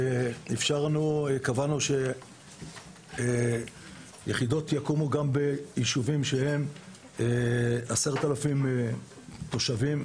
קבענו שיחידות יקומו גם ביישובים שבהם גרים 10,000 תושבים.